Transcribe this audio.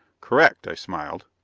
correct, i smiled.